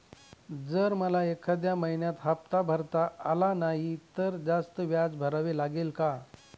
जर मला एखाद्या महिन्यात हफ्ता भरता आला नाही तर जास्त व्याज भरावे लागेल का?